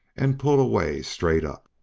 and pull away straight up.